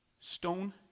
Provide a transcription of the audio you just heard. Stone